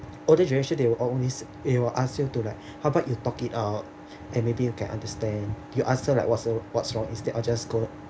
older generation they will always they will ask you to like how about you talk it out and maybe you can understand you ask her like what's what's wrong is that or just go